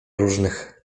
różnych